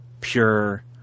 pure